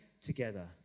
together